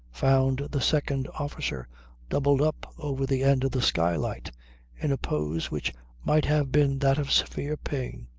found the second officer doubled up over the end of the skylight in a pose which might have been that of severe pain.